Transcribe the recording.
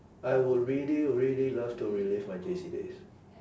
I would really really love to relive my J_C days